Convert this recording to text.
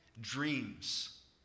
dreams